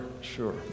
sure